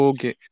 Okay